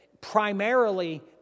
Primarily